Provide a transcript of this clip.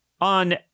on